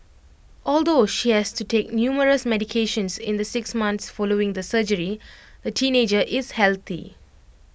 although she has to take numerous medications in the six months following the surgery the teenager is healthy